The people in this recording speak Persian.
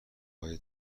های